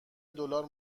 دلار